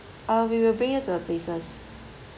uh we will bring you to the places